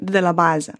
didelę bazę